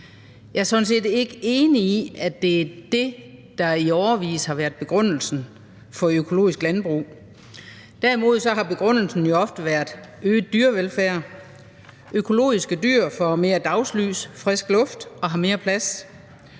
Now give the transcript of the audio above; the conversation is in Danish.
Jeg er sådan set ikke enig i, at det er det, der i årevis har været begrundelsen for økologisk landbrug. Derimod har begrundelsen ofte været øget dyrevelfærd. Økologiske dyr får mere dagslys og frisk luft og har mere plads.